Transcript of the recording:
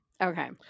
okay